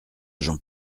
gens